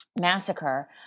massacre